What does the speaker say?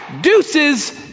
deuces